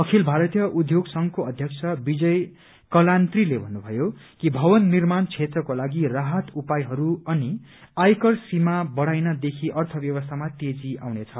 अखिल भारतीय उद्योग संघको अध्यक्ष विजय कलात्रीले भन्नुभयो कि भवन निर्माण क्षेत्रको लागि राहत उपायहरू अनि आयकर सीमा बढ़ाइनदेखि अर्थव्यवस्थामा तेजी आउनेछ